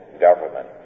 government